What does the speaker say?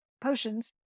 potions